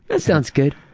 that sounds good,